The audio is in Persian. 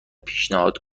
پیشنهاد